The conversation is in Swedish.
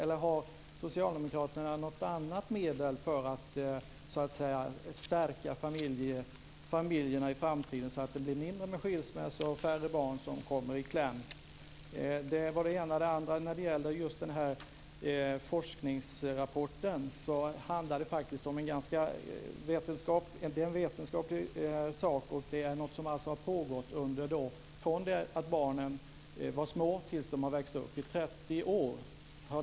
Eller har Socialdemokraterna något annat medel för att stärka familjerna i framtiden så att det blir färre skilsmässor och färre barn som kommer i kläm? Jag talade om en forskningsrapport. Det handlar om forskning som pågått från det att barnen var små tills de växt upp.